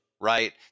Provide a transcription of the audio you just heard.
right